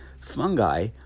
Fungi